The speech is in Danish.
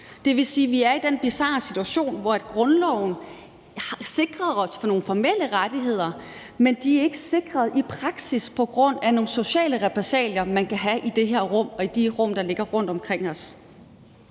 Det vil sige, at vi er i den bizarre situation, at grundloven sikrer os nogle formelle rettigheder, men de er ikke sikret i praksis på grund af nogle sociale repressalier, man kan have i det her rum og i de rum, der ligger rundt omkring os.